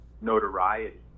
notoriety